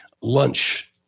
lunch